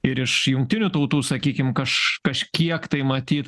ir iš jungtinių tautų sakykim kaš kažkiek tai matyt